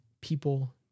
people